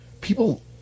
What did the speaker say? People